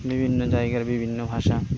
বিভিন্ন জায়গার বিভিন্ন ভাষা